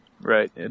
Right